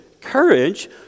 courage